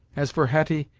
as for hetty,